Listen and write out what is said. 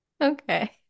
Okay